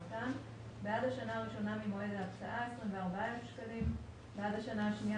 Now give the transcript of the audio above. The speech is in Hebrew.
רט"ן בעד השנה הראשונה ממועד ההקצאה- 24,000 בעד השנה השנייה